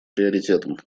приоритетом